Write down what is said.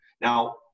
Now